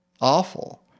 awful